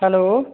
hello